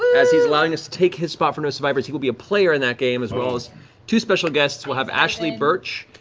as he is allowing us to take his spot for no survivors, he will be a player in that game, as well as two special guests. we'll have ashly burch,